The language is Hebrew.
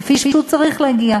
כפי שהוא צריך להגיע,